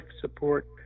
support